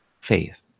faith